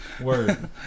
word